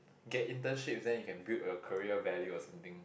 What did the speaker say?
get internships then you can build your career value or something